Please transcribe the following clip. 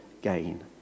gain